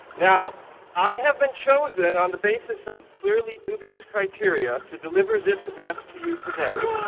now i have been chosen on the basis of clearly dubious criteria to deliver this address to you today.